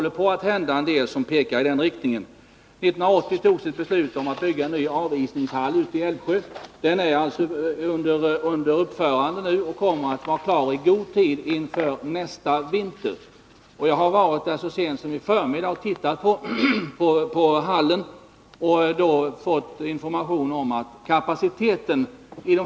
I sitt svar framhöll statsrådet Dahlgren att han hade för avsikt att föreslå regeringen att ge vissa uppdrag om kompletterande utredningar vid sidan av arbetet inom jordbruksdepartementet med förslaget ”Nytt skördeskadeskydd” .